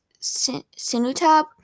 Sinutab